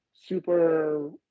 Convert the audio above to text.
super